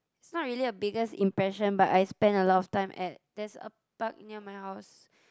it's not really a biggest impression but I spend a lot of time at there's a park near my house